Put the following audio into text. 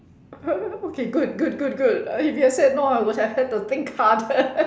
okay good good good good if you said no I would have had to think harder